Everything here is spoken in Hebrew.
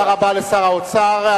תודה רבה לשר האוצר.